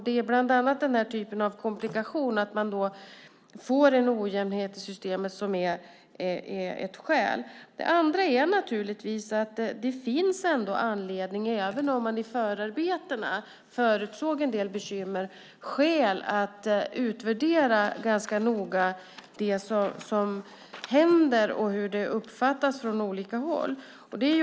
Det är bland annat denna typ av komplikation, att man får en ojämnhet i systemet, som är ett skäl. Sedan finns det också skäl, även om man i förarbetena förutsåg en del bekymmer, att ganska noga utvärdera det som händer och hur det uppfattas från olika håll.